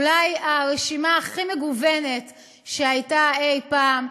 אולי הרשימה הכי מגוונת שהייתה אי פעם,